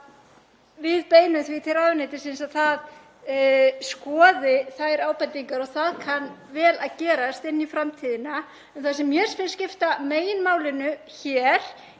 við beinum því til ráðuneytisins að það skoði þær ábendingar og það kann vel að gerast inn í framtíðina. En það sem mér finnst skipta meginmáli hér